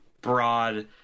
broad